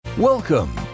Welcome